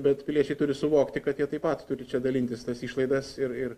bet piliečiai turi suvokti kad jie taip pat turi čia dalintis tas išlaidas ir ir